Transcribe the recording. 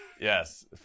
Yes